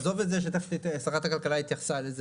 עזוב את זה ששרת הכלכלה התייחסה לזה